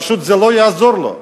זה פשוט לא יעזור לו,